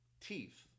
teeth